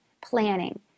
planning